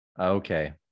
Okay